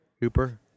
Hooper